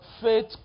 faith